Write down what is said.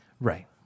Right